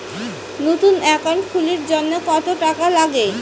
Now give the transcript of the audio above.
নতুন একাউন্ট খুলির জন্যে কত টাকা নাগে?